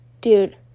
dude